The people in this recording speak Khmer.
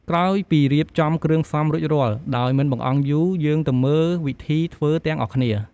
ក្រោយពីរៀបចំគ្រឿងផ្សំរួចរាល់ ដោយមិនបង្អង់យូរ យើងទៅមើលវិធីធ្វើទាំងអស់គ្នា។